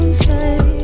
say